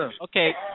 Okay